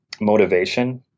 motivation